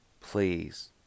Please